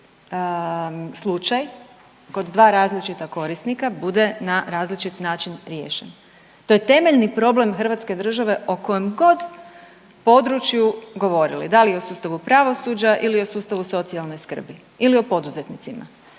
kod dva različita korisnika bude na različit način riješen. To je temeljni problem Hrvatske države o kojem god području govorili, da li o sustavu pravosuđa ili o sustavu socijalne skrbi ili o poduzetnicima.